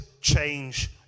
change